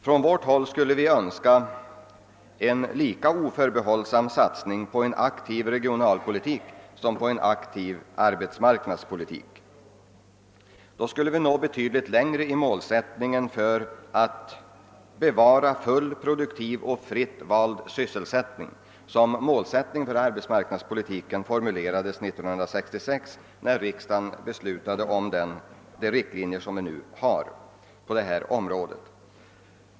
Från vårt håll skulle vi önska en lika oförbehållsam satsning på en aktiv regionalpolitik som på en aktiv arbetsmarknadspolitik. Då skulle vi nå betydligt längre mot vårt mål att »bevara full, produktiv och fritt vald syselsättning» — som målsättning en för arbetsmarknadspolitiken formulerades 1966, när riksdagen beslöt om de riktlinjer på detta område som vi nu har.